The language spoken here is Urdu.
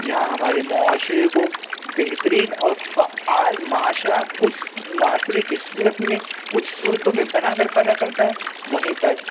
یہاں ہمارے معاشرے کو بہترین اور فعال معاشرہ کچھ معاشرے کی صورت میں کچھ صورتوں میں بنا کر پیدا کرتا ہے وہیں پر